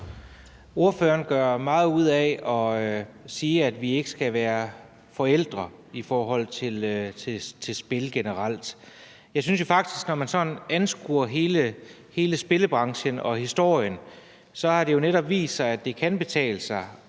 Ordføreren gør meget ud af at sige, at vi ikke skal være forældre i forhold til spil generelt. Jeg synes jo faktisk, at når man sådan anskuer hele spilbranchen og -historien, har det netop vist sig, at det kan betale sig